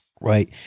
Right